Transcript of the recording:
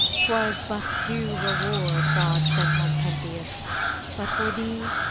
twas but due reward god sent on pentheus but for thee.